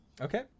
Okay